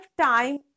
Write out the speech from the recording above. time